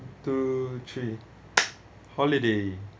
two three holiday